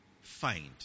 find